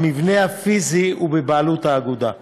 והמבנה הפיזי הוא בבעלות האגודה.